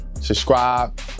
subscribe